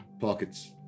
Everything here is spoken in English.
pockets